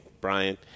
Brian